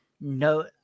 No